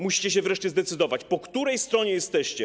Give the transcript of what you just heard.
Musicie się wreszcie zdecydować, po której stronie jesteście.